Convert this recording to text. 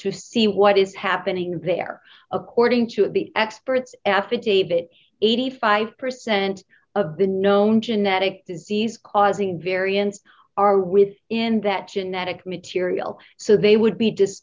to see what is happening there according to the experts affidavit eighty five percent of been known genetic disease causing variants are with in that genetic material so they would be